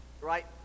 right